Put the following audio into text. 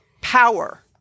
power